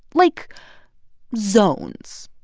like zones.